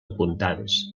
apuntades